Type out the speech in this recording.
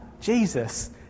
Jesus